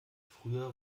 früher